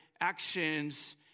actions